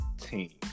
team